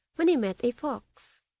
when he met a fox,